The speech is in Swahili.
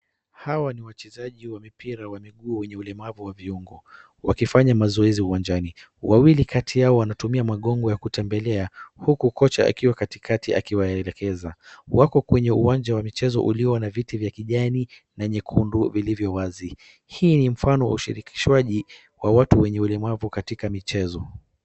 Hawa ni wachezaji wa mipira wa miguu wenye ulemavu wa viungo, wakifanya mazoezi uwanjani. Wawili kati yao wanatumia magongo ya kutembelea huku kocha akiwa katikati akiwaelekeza. Wako kwenye uwanja wa michezo ulio na viti vya kijani na nyekundu vilivyo wazi. Hii ni mfano wa ushirikishwaji wa watu wenye ulemavu katika michezo.